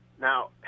Now